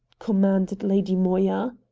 commanded lady moya.